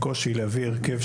המשך התפקוד שלו כיישוב קהילתי.